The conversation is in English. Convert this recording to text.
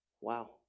Wow